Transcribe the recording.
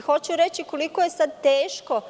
Hoću reći, koliko je sad teško